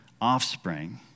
offspring